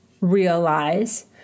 realize